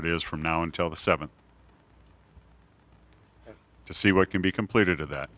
is from now until the seventh to see what can be completed of that